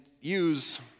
use